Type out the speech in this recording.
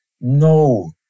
No